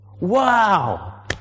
Wow